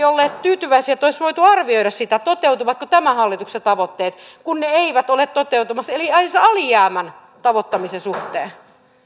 olleet tyytyväisiä jos olisi voitu arvioida sitä toteutuvatko tämän hallituksen tavoitteet kun ne eivät ole toteutumassa edes alijäämän tavoittamisen suhteen